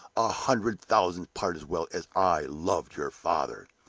a hundred-thousandth part as well, as i loved your father.